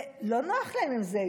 ולא נוח להם עם זה.